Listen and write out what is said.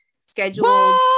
Scheduled